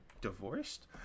divorced